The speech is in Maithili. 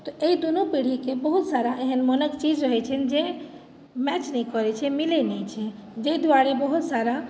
तऽ एहि दुनू पीढ़ीके बहुत सारा एहन मोनक चीज रहैत छनि जे मैच नहि करैत छै मिलैत नहि छै जाहि दुआरे बहुत सारा